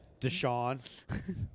Deshaun